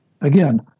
Again